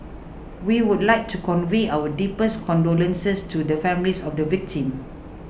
we would like to convey our deepest condolences to the families of the victims